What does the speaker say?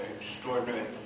extraordinary